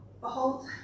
Behold